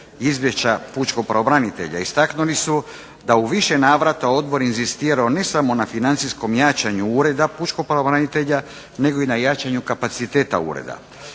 izvješća pučkog pravobranitelja, istaknuli su da je u više navrata odbor inzistirao ne samo na financijskom jačanju Ureda pučkog pravobranitelja nego i na jačanju kapaciteta ureda.